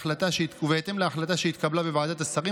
ובהתאם להחלטה שהתקבלה בוועדת השרים,